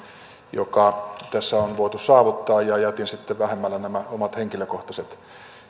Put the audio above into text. joka tässä on voitu saavuttaa ja jätin sitten vähemmälle nämä omat henkilökohtaiset